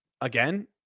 again